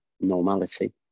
normality